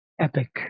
epic